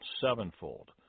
sevenfold